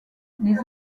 les